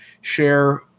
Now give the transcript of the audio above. share